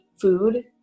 food